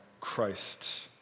Christ